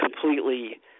completely